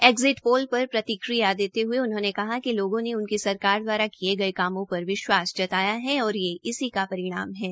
exit poll पर प्रतिक्रिया देते हये उन्होंने कहा कि लोगों ने उनकी सरकार दवारा किये गये कामों पर विश्वास जताया हा और यह इसी का परिणाम हा